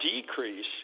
decrease